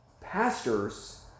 pastors